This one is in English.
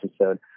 episode